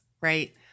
right